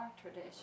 tradition